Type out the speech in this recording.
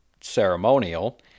ceremonial